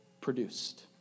produced